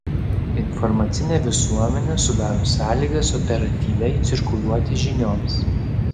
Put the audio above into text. informacinė visuomenė sudaro sąlygas operatyviai cirkuliuoti žinioms